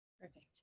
Perfect